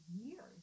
years